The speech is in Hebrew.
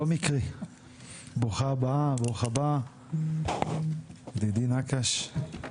ברוכה הבאה, ברוך הבא, ידידי נקש.